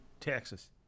Texas